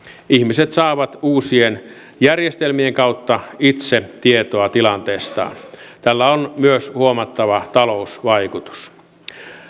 ihmiset saavat uusien järjestelmien kautta itse tietoa tilanteestaan tällä on myös huomattava talousvaikutus